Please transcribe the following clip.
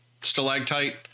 stalactite